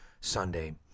Sunday